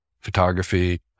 photography